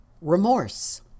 remorse